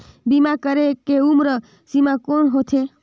बीमा करे के उम्र सीमा कौन होथे?